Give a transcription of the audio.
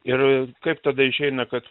ir kaip tada išeina kad